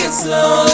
slow